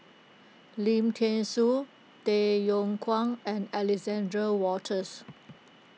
Lim thean Soo Tay Yong Kwang and Alexander Wolters